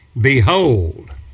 Behold